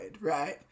right